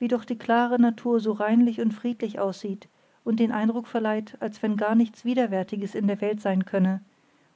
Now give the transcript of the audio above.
wie doch die klare natur so reinlich und friedlich aussieht und den eindruck verleiht als wenn gar nichts widerwärtiges in der welt sein könne